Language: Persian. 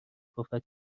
پفک